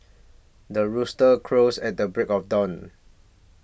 the rooster crows at the break of dawn